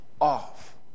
off